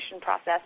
process